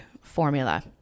formula